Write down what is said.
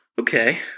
Okay